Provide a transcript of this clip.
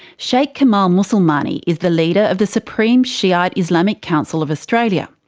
sheikh kamal mousselmani is the leader of the supreme shiite islamic council of australia.